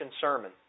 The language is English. sermon